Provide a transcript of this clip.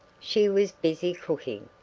she was busy cooking,